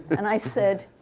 and i said,